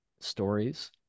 stories